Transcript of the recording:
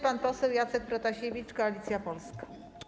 Pan poseł Jacek Protasiewicz, Koalicja Polska.